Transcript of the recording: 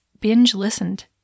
binge-listened